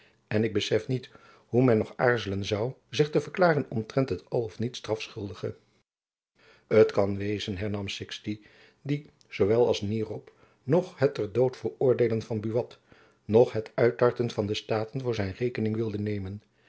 en ik besef niet hoe men nog aarzelen zoû zich te verklaren omtrent het al of niet strafschuldige t kan wezen hernam sixti die zoowel als nierop noch het ter dood veroordeelen van buat noch het uittarten van de staten voor zijne rekening wilde nemen